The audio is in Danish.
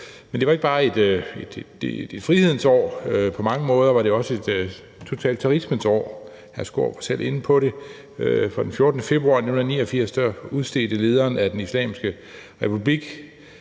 Men det var ikke bare et frihedens år, for på mange måder var det også et totalitarismens år – hr. Peter Skaarup var selv inde på det – for den 14. februar 1989 udstedte lederen af Den Islamiske Republik